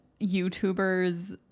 YouTuber's